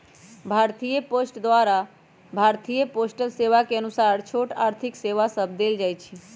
भारतीय पोस्ट द्वारा भारतीय पोस्टल सेवा के अनुसार छोट आर्थिक सेवा सभ देल जाइ छइ